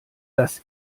das